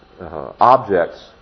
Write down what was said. objects